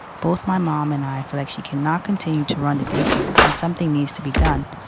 both my mom and i feel like she cannot continue to run to daycare and something needs to be done.